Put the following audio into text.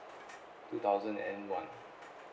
two thousand and one